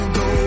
go